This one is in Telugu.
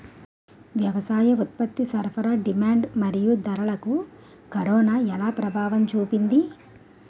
వ్యవసాయ ఉత్పత్తి సరఫరా డిమాండ్ మరియు ధరలకు కరోనా ఎలా ప్రభావం చూపింది